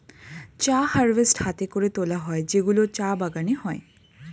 চা হারভেস্ট হাতে করে তোলা হয় যেগুলো চা বাগানে হয়